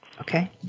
Okay